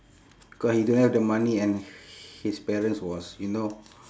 because he don't have the money and his parents was you know